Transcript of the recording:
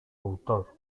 autor